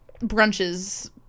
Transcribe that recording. brunches